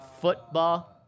Football